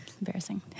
embarrassing